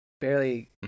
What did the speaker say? barely